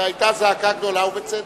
והיתה זעקה גדולה, ובצדק,